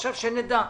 עכשיו שנדע.